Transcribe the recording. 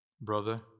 brother